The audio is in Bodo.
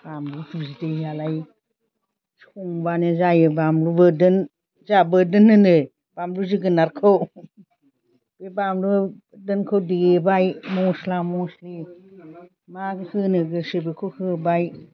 बामलु बिदैयालाय संब्लानो जायो बामलु बोरदोन जाहा बोरदोन होनो बामलु जोगोनारखौ बे बामलु बोरदोनखौ देबाय मस्ला मस्लि मा होनो गोसो बेखौ होबाय